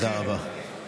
תודה רבה.